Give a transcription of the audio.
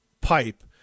pipe